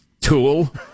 Tool